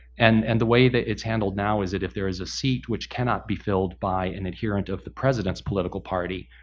and and the way that it's handled now is that if there is a seat which cannot be filled by an adherent of the president's political party,